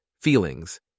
feelings